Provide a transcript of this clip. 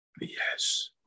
Yes